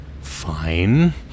Fine